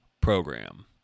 program